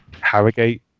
Harrogate